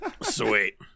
Sweet